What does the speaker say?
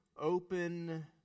open